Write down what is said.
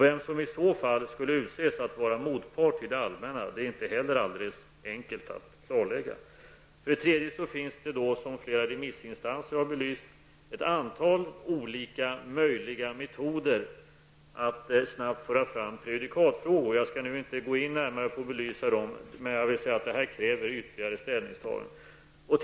Vem som i så fall skulle utses att vara motpart till det allmänna är inte heller alldeles enkelt att klarlägga. Dessutom finns det, som flera remissinstanser har belyst, ett antal olika möjliga metoder att snabbt föra fram prejudikatfrågor. Jag skall nu inte närmare gå in och belysa dem. Men jag vill säga att detta kräver ytterligare ställningstaganden.